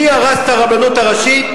מי הרס את הרבנות הראשית,